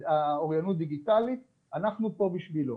את האוריינות הדיגיטלית, אנחנו פה בשבילו.